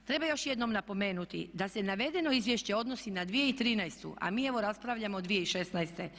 Treba još jednom napomenuti da se navedeno izvješće odnosi na 2013.a mi evo raspravljamo 2016.